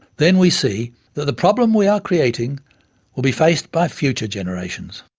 then we see that the problem we are creating will be faced by future generations.